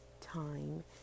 time